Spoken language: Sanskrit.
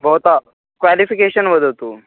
भवतः क्वालिफ़िकेशन् वदतु